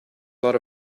lot